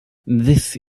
this